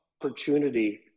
opportunity